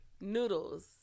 noodles